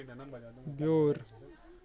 بیور